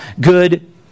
good